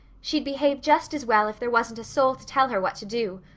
she'd behave just as well if there wasn't a soul to tell her what to do.